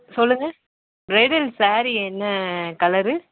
சொல்லுங்க ப்ரைடல் சாரீ என்ன கலரு